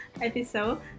episode